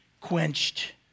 quenched